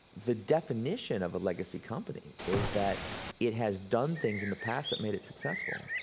the definition of a legacy company is that it has done things in the past that made it successful,